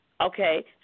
Okay